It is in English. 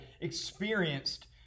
experienced